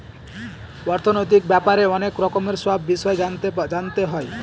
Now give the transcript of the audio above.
অর্থনৈতিক ব্যাপারে অনেক রকমের সব বিষয় জানতে হয়